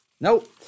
Nope